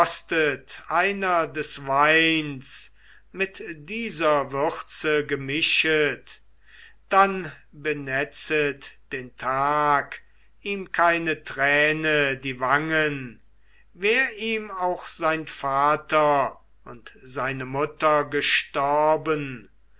einer des weins mit dieser würze gemischet dann benetzet den tag ihm keine träne die wangen wär ihm auch sein vater und seine mutter gestorben